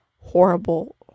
horrible